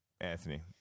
anthony